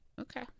Okay